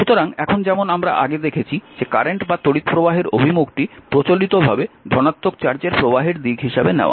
সুতরাং এখন যেমন আমরা আগে দেখেছি যে কারেন্ট বা তড়িৎপ্রবাহের অভিমুখটি প্রচলিতভাবে ধনাত্মক চার্জের প্রবাহের দিক হিসাবে নেওয়া হয়